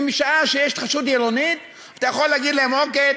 ומשעה שיש התחדשות עירונית אתה יכול להגיד להם: אוקיי,